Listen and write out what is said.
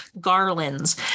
Garlands